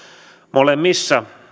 molemmissa